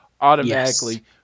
automatically